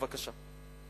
בבקשה,